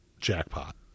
jackpot